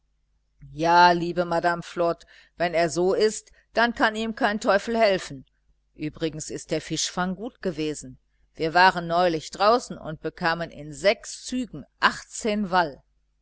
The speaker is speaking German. ja liebe madame flod wenn er so ist dann kann ihm kein teufel helfen übrigens ist der fischfang gut gewesen wir waren neulich draußen und bekamen in sechs zügen achtzehn wall